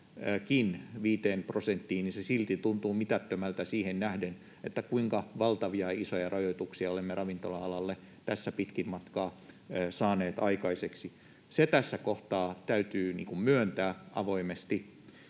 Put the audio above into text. viiteen prosenttiin, niin se silti tuntuu mitättömältä siihen nähden, kuinka valtavia ja isoja rajoituksia olemme ravintola-alalle tässä pitkin matkaa saaneet aikaiseksi. Se tässä kohtaa täytyy myöntää avoimesti.